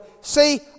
see